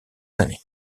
l’année